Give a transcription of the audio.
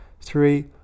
three